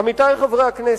עמיתי חברי הכנסת,